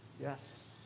Yes